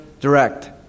direct